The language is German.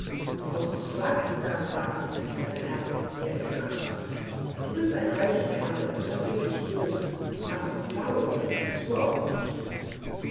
aus wachs nachgeahmt sind deine herzen hier in der kammer du bist ein reicher kerl das geb ich zu aber zaubern kannst du nicht